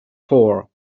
for